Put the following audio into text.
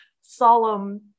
solemn